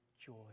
joy